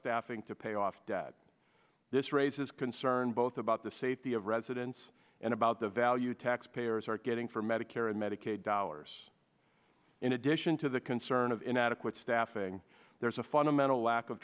staffing to pay off debt this raises concern both about the safety of residents and about the value taxpayers are getting from medicare and medicaid dollars in addition to the concern of inadequate staffing there is a fundamental lack of